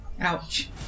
Ouch